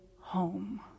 home